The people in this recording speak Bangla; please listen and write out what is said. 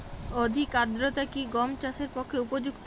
অধিক আর্দ্রতা কি গম চাষের পক্ষে উপযুক্ত?